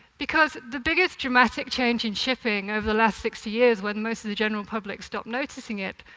because the biggest dramatic change in shipping over the last sixty years, when most of the general public stopped noticing it,